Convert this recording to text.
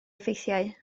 effeithiau